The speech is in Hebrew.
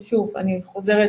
שוב אני חוזרת,